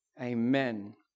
Amen